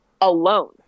alone